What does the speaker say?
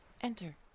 Enter